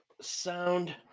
sound